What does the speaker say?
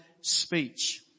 speech